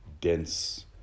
dense